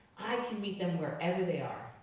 i can meet them wherever they are.